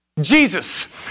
Jesus